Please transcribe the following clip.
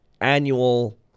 annual